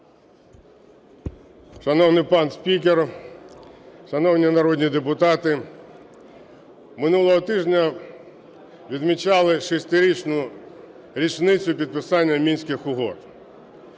Шановний пане спікер, шановні народні депутати! Минулого тижня відмічали шестирічну річницю підписання Мінських угод.